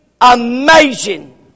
amazing